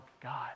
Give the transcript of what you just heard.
God